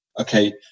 okay